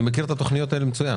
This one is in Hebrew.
אני מכיר את התוכניות האלה מצוין.